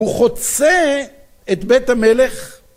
הוא חוצה את בית המלך.